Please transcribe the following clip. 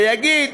ויגיד: